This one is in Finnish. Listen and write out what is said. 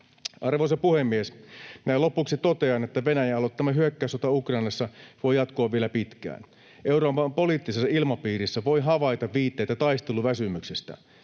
Arvoisa puhemies! Näin lopuksi totean, että Venäjän aloittama hyökkäyssota Ukrainassa voi jatkua vielä pitkään. Euroopan poliittisessa ilmapiirissä voi havaita viitteitä taisteluväsymyksestä.